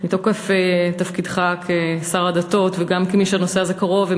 מתוקף תפקידך כשר הדתות וגם כמי שהנושא קרוב לו,